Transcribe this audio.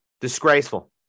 Disgraceful